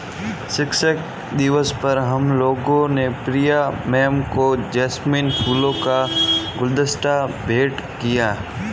शिक्षक दिवस पर हम लोगों ने प्रिया मैम को जैस्मिन फूलों का गुलदस्ता भेंट किया